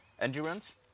endurance